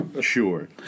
Sure